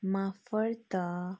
मार्फत्